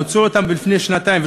הציעו אותם לפני שנתיים,